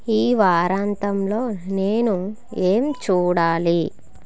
ఈ వారాంతంలో నేను ఏం చూడాలి